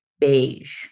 beige